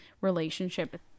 relationship